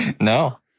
No